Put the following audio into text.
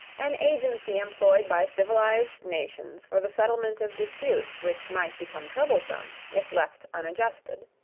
an agency employed by civilized nations for the settlement of disputes which might become troublesome if left unadjusted.